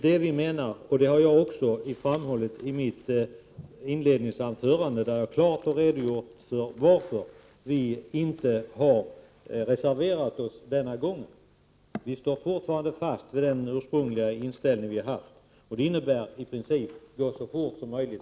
Det har jag också | framhållit i mitt inledningsanförande, där jag klart har redogjort för varför vi inte reserverat oss denna gång. Vi står fast vid den ursprungliga inställningen. Det innebär i princip att gå fram så fort som möjligt.